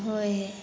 सभ होइ हइ